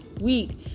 week